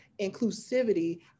inclusivity